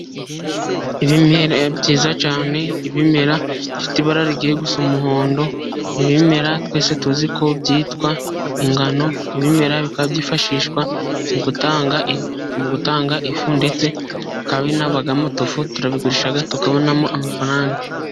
Ibimera byiza cyane ibimera bifite ibara rigiye gusa umuhondo, ibimera twese tuzi ko byitwa ingano. Ibimera bikaba byifashishwa mu gutanga ifu ndetse bikaba binavamo tofu, turabigurisha tukabonamo amafaranga.